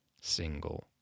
single